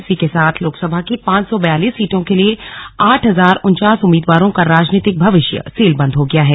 इसी के साथ लोकसभा की पांच सौ बयालिस सीटों के लिए आठ हजार उनचास उम्मीदवारों का राजनीतिक भविष्य सीलबंद हो गया है